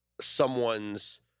someone's